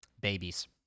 Babies